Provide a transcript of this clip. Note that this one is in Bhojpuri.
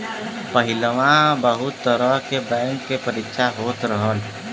पहिलवा बहुत तरह के बैंक के परीक्षा होत रहल